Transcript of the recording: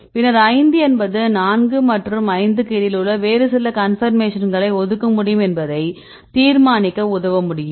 பின்னர் 5 என்பது 4 மற்றும் 5 க்கு இடையில் வேறு சில கன்பர்மேஷன்களை ஒதுக்க முடியும் என்பதை தீர்மானிக்க உதவ முடியும்